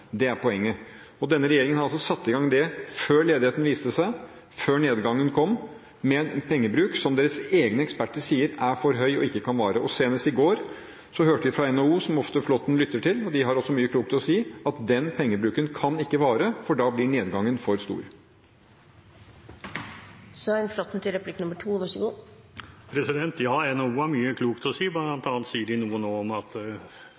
Det er poenget. Denne regjeringen har altså satt i gang dette før ledigheten viste seg, før nedgangen kom, med en pengebruk som deres egne eksperter sier er for høy og ikke kan vare. Senest i går hørte vi fra NHO, som Flåtten ofte lytter til, og de har også mye klokt å si, at denne pengebruken ikke kan vare, for da blir nedgangen for stor. Ja, NHO har mye klokt å si, bl.a. sier de noe nå om at det kanskje er bedring i situasjonen. Jeg vil gjerne vite mer om